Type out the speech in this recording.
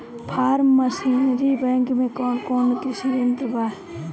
Form machinery bank में कौन कौन कृषि यंत्र बा?